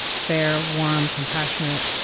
fair, warm, compassionate,